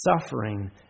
suffering